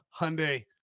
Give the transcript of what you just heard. Hyundai